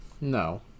No